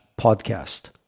podcast